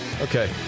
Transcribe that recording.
Okay